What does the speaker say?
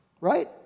Right